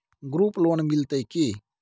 Group loan मिलतै की?